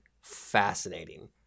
fascinating